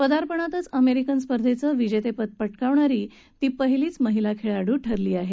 पदार्पणातच American स्पर्धेचं विजेतेपद पटकावणारी ती पहिलीच महिला खेळाडू ठरली आहे